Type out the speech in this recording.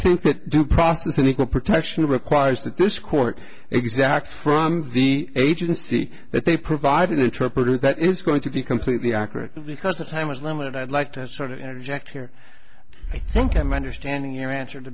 and equal protection requires that this court exact from the agency that they provide an interpreter that is going to be completely accurate because the time was limited i'd like to sort of interject here i think i'm understanding your answer to